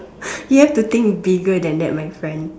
you have to think bigger than that my friend